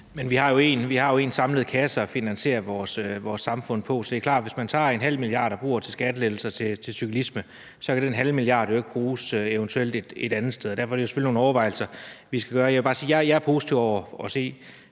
(S): Vi har jo en samlet kasse at finansiere vores samfund med, og det er klart, at hvis man tager en halv milliard og bruger til skattelettelser til cyklisme, så vil den halve milliard ikke kunne bruges et andet sted. Derfor er der selvfølgelig nogle overvejelser, man skal gøre. Jeg vil bare sige, at jeg er positiv over for at se